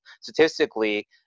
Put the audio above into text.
statistically